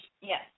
Yes